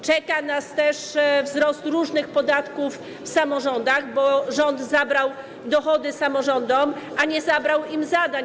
Czeka nas też wzrost różnych podatków w samorządach, bo rząd zabrał dochody samorządom, a nie zabrał im zadań.